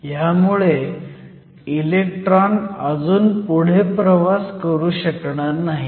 ह्यामुळे इलेक्ट्रॉन अजून पुढे प्रवास करू शकणार नाहीत